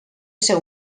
ser